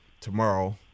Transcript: tomorrow